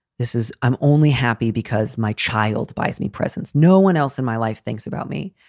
this is i'm only happy because my child buys me presents. no one else in my life thinks about me.